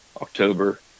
october